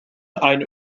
eine